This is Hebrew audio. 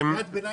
שמחה,